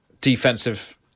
defensive